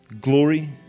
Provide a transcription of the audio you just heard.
glory